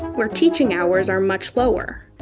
where teaching hours are much lower.